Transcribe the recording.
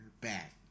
back